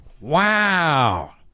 Wow